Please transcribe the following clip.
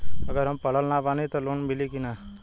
अगर हम पढ़ल ना बानी त लोन मिली कि ना?